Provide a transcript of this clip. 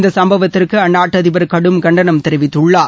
இந்த சம்பவத்திற்கு அந்நாட்ட அதிபர் கடும் கண்டனம் தெரிவித்துள்ளார்